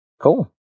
Cool